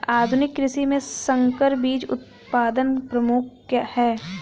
आधुनिक कृषि में संकर बीज उत्पादन प्रमुख है